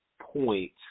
point